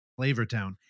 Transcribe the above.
Flavortown